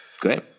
Great